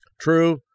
true